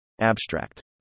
Abstract